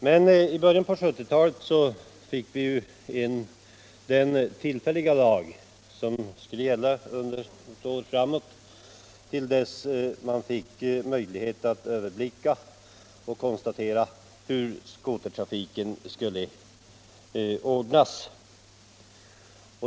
Men i början på 1970-talet fick vi den tillfälliga lag som skulle gälla till utgången av år 1975. Under tiden skulle man få möjlighet att överblicka och konstatera hur skotertrafiken skulle ordnas.